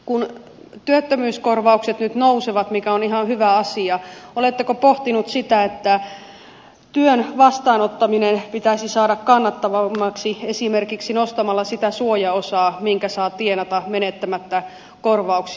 kun työttömyyskorvaukset nyt nousevat mikä on ihan hyvä asia oletteko pohtinut sitä että työn vastaanottaminen pitäisi saada kannattavammaksi esimerkiksi nostamalla sitä suojaosaa minkä saa tienata menettämättä korvauksia